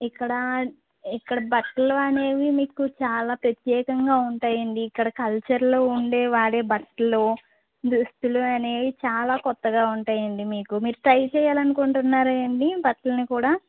ఇక్కడ ఇక్కడ బట్టలనేవి మీకు చాలా ప్రత్యేకంగా ఉంటాయండి ఇక్కడ కల్చర్లో ఉండే వాడే బట్టలు దుస్తులు అనేవి చాలా కొత్తగా ఉంటాయండి మీకు మీరు ట్రై చెయ్యాలి అనుకుంటున్నారండి బట్టలని కూడా